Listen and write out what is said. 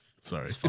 Sorry